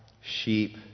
sheep